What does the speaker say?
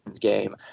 game